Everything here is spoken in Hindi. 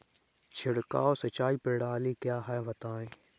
छिड़काव सिंचाई प्रणाली क्या है बताएँ?